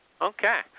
Okay